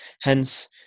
hence